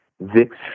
VIX